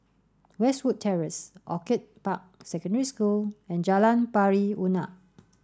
Westwood Terrace Orchid Park Secondary School and Jalan Pari Unak